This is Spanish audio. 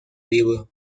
libro